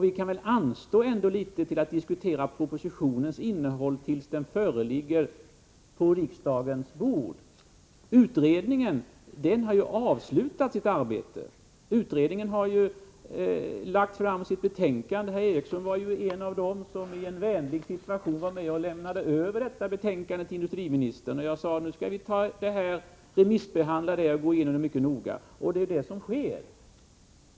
Vi kan väl vänta med att diskutera propositionens innehåll tills den föreligger på riksdagens bord. Utredningen har avslutat sitt arbete och lagt fram sitt betänkande. Herr Eriksson var ju en av dem som vänligt var med och lämnade över detta betänkande till industriministern. Jag sade då att vi skall remissbehandla utredningens förslag och gå igenom det mycket noga. Det är vad som sker.